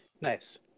Nice